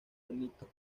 benito